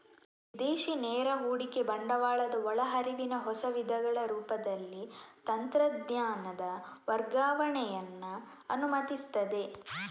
ವಿದೇಶಿ ನೇರ ಹೂಡಿಕೆ ಬಂಡವಾಳದ ಒಳ ಹರಿವಿನ ಹೊಸ ವಿಧಗಳ ರೂಪದಲ್ಲಿ ತಂತ್ರಜ್ಞಾನದ ವರ್ಗಾವಣೆಯನ್ನ ಅನುಮತಿಸ್ತದೆ